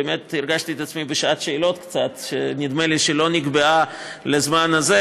באמת הרגשתי את עצמי קצת בשעת שאלות שנדמה לי שלא נקבעה לזמן הזה.